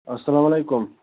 اسلامُ علیکُم